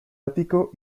ático